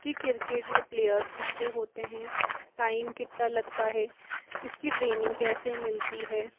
कि क्रिकेट में प्लेयर्स कितने होते हैं टाइम कितना लगता है इसकी ट्रेनिंग कैसे मिलती है